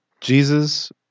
Jesus